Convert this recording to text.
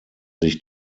sich